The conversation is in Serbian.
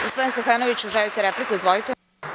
Gospodine Stefanoviću, želite li repliku? (Da) Izvolite.